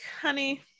Honey